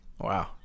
Wow